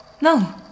No